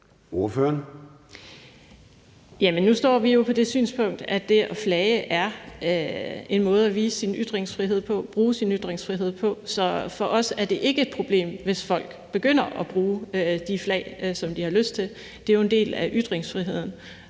nu står vi jo for det synspunkt, at det at flage er en måde at vise og bruge sin ytringsfrihed på, så for os er det ikke et problem, hvis folk begynder at bruge de flag, som de har lyst til. Det er jo en del af ytringsfriheden,